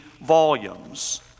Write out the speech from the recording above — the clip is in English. volumes